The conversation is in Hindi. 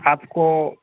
आपको